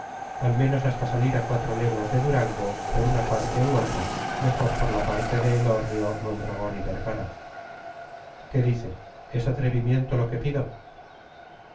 al menos hasta salir a cuatro leguas de durango por una parte u otra mejor por la parte de elorrio mondragón y vergara qué dice es atrevimiento lo que pido